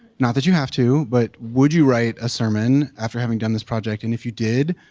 not that you have to, but would you write a sermon after having done this project? and if you did,